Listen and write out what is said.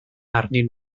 arnyn